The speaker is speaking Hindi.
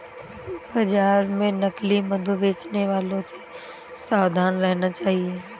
बाजार में नकली मधु बेचने वालों से सावधान रहना चाहिए